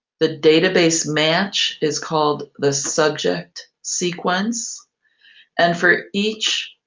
the database match is called the subject sequence and for each